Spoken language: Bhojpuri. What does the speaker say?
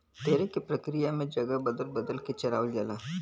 तरे के प्रक्रिया में जगह बदल बदल के चरावल जाला